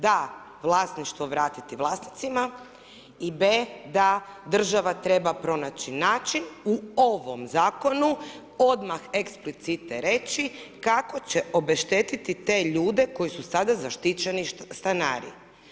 Da, vlasništvo vratiti vlasnicima i B da država treba pronaći način u ovom zakonu, odmah eksplicite reći, kako će obešteti te ljude koji su sada zaštićeni stanari.